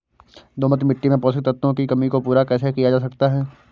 दोमट मिट्टी में पोषक तत्वों की कमी को पूरा कैसे किया जा सकता है?